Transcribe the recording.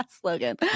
Slogan